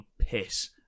piss